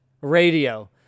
Radio